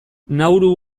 nauru